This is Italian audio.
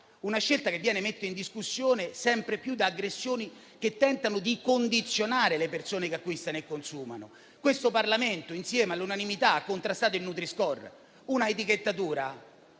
una scelta che viene messa in discussione sempre più da aggressioni che tentano di condizionare le persone che acquistano e consumano. Questo Parlamento all'unanimità ha contrastato il nutri-score, un'etichettatura